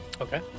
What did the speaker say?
Okay